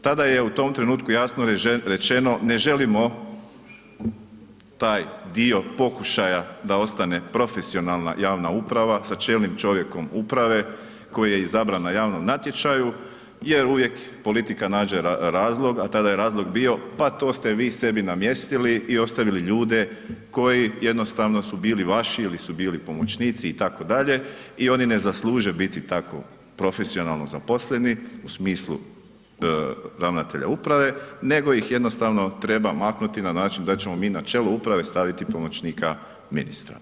Tada je u tom trenutku jasno rečeno ne želimo taj dio pokušaja da ostane profesionalna javna uprava sa čelnim čovjekom uprave koji je izabran na javnom natječaju jer uvijek politika nađe razlog, a tada je razlog bio pa to ste vi sebi namjestili i ostavili ljude koji jednostavno su bili vaši ili su bili pomoćnici itd. i oni ne zasluže biti tako profesionalno zaposleni u smislu ravnatelja uprave, nego ih jednostavno treba maknuti na način da ćemo mi na čelo uprave staviti pomoćnika ministra.